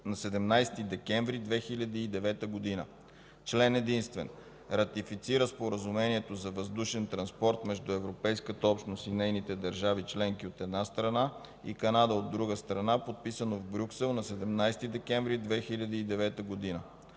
на 17 декември 2009 г. Член единствен. Ратифицира Споразумението за въздушен транспорт между Европейската общност и нейните държави членки, от една страна, и Канада, от друга страна, подписано в Брюксел на 17 декември 2009 г.